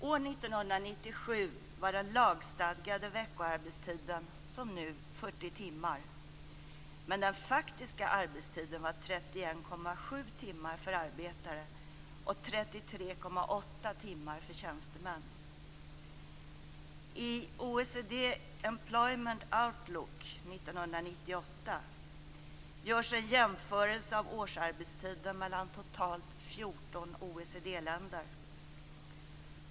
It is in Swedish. År 1997 var den lagstadgade veckoarbetstiden, som nu, 40 timmar, men den faktiska arbetstiden var 31,7 timmar för arbetare och Outlook 1998 görs en jämförelse av årsarbetstiden mellan totalt 14 OECD-länder.